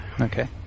Okay